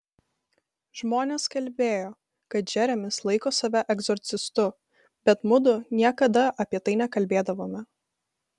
žmonės kalbėjo kad džeremis laiko save egzorcistu bet mudu niekada apie tai nekalbėdavome